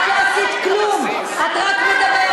את לא עשית כלום, את רק מדברת.